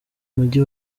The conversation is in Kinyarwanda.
mujyi